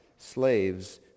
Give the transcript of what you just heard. Slaves